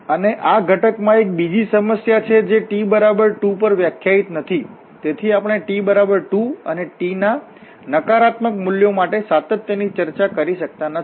અને આ ઘટકમાં એક બીજી સમસ્યા છે જે t બરાબર 2 પર વ્યાખ્યાયિત નથી તેથી આપણે t બરાબર 2 અને t ના નકારાત્મક મૂલ્યો માટે સાતત્ય ની ચર્ચા કરી શકતા નથી